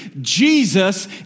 Jesus